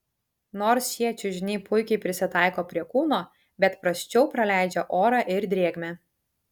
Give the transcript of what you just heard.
nors šie čiužiniai puikiai prisitaiko prie kūno bet prasčiau praleidžia orą ir drėgmę